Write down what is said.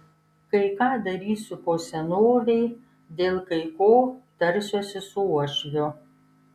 kai ką darysiu po senovei dėl kai ko tarsiuosi su uošviu